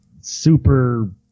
super